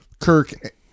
Kirk